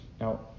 Now